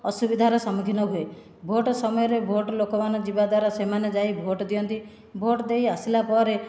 ଅସୁବିଧାର ସମ୍ମୁଖୀନ ହୁଏ ଭୋଟ ସମୟରେ ଭୋଟ ଲୋକମାନେ ଯିବା ଦ୍ୱାରା ସେମାନେ ଯାଇ ଭୋଟ ଦିଅନ୍ତି ଭୋଟ ଦେଇ ଆସିଲା ପରେ